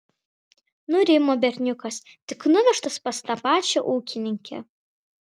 nurimo berniukas tik nuvežtas pas tą pačią ūkininkę